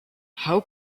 how